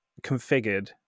configured